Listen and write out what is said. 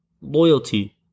loyalty